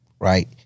right